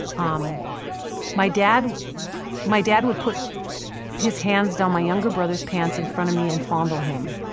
um my dad my dad would put his hands down my younger brother's pants in front of me and fondle him.